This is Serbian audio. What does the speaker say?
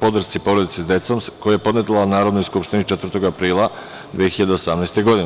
podršci porodici sa decom, koji je podnela Narodnoj skupštini 4. aprila 2018. godine.